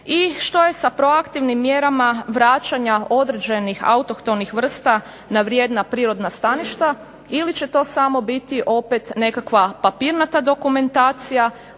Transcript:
I što je sa proaktivnim mjerama vraćanja određenih autohtonih vrsta na vrijedna prirodna staništa ili će to samo biti opet nekakva papirnata dokumentacija,